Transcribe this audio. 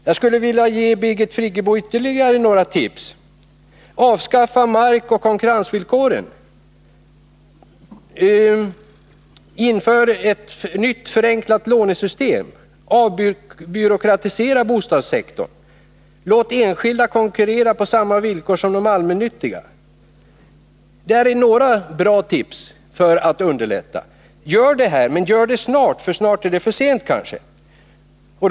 Jag skulle också vilja ge Birgit Friggebo några tips. Avskaffa markoch konkurrensvillkoren! Inför ett nytt förenklat lånesystem! Avbyråkratisera bostadssektorn! Låt enskilda konkurrera på samma villkor som de allmännyttiga! — Det är några tips om vad man kan göra för att underlätta. Men gör dessa saker snart — inom kort är det kanske för sent.